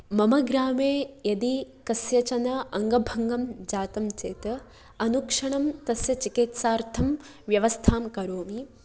मम ग्रामे यदि कस्यचन अङ्गभङ्गं जातं चेत् अनुक्षणं तस्य चिकित्सार्थं व्यवस्थां करोमि